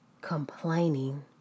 complaining